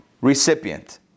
recipient